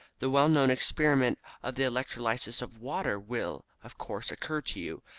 the well-known experiment of the electrolysis of water will, of course, occur to you.